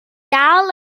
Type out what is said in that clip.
dal